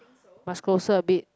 must closer a bit